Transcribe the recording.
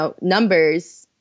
numbers